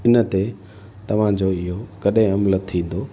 इन ते तव्हांजो इहो कॾहिं अमल थींदो